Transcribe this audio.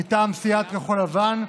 מטעם סיעת כחול לבן,